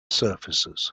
surfaces